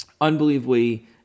unbelievably